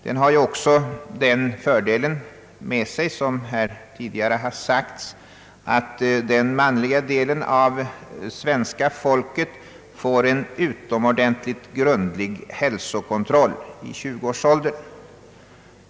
Den har också den fördelen med sig, som här tidigare sagts, att den manliga delen av svenska folket får en utomordentligt grundlig hälsokontroll i 20-årsåldern.